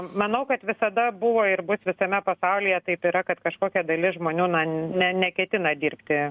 manau kad visada buvo ir bus visame pasaulyje taip yra kad kažkokia dalis žmonių na ne neketina dirbti